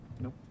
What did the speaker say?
Nope